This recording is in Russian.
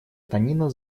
танина